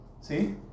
See